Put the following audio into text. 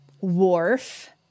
wharf